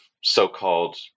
so-called